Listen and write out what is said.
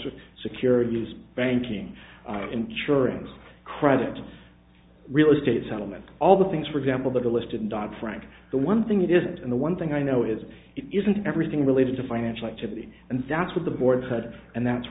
s security use banking insurance credit real estate settlement all the things for example that are listed in dodd frank the one thing it isn't and the one thing i know is it isn't everything related to financial activity and that's what the